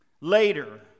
Later